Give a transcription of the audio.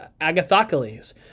Agathocles